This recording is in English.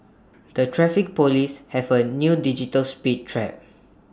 the traffic Police have A new digital speed trap